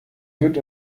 wird